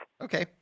Okay